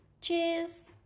Cheers